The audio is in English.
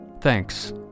thanks